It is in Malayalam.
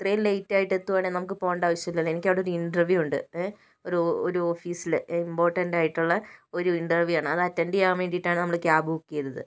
ഇത്രയും ലേറ്റ് ആയിട്ട് എത്തുവാണെങ്കിൽ നമുക്ക് പോകേണ്ട ആവശ്യമില്ലല്ലോ എനിക്ക് ഒരു ഇൻറർവ്യൂ ഉണ്ട് ഒരു ഒരു ഓഫീസില് ഒരു ഇംപോർട്ടൻറ് ആയിട്ടുള്ള ഒരു ഇൻറർവ്യൂ ആണ് അത് അറ്റൻഡ് ചെയ്യാൻ വേണ്ടിട്ടാണ് നമ്മൾ ക്യാബ് ബുക്ക് ചെയ്തത്